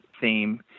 theme